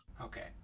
okay